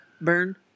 burn